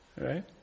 Right